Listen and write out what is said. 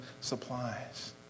supplies